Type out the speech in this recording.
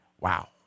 wow